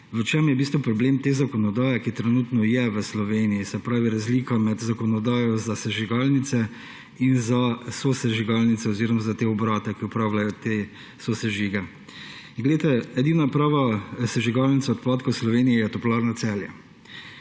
v čem je v bistvu problem te zakonodaje, ki trenutno je v Sloveniji, razlika med zakonodajo za sežigalnice in za sosežigalnice oziroma za te obrate, ki opravljajo te sosežige. Edina prava sežigalnica odpadkov v Sloveniji je Toplarna Celje.